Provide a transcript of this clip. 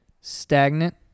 stagnant